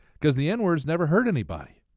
because the n-word has never hurt anybody.